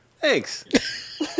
thanks